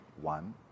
one